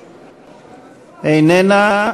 איננה,